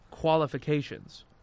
qualifications